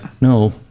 no